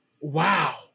wow